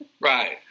right